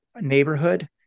neighborhood